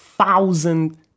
thousand